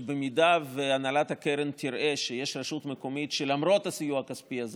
שבמידה שהנהלת הקרן תראה שיש רשות מקומית שלמרות הסיוע הכספי הזה